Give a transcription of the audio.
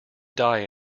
die